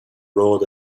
road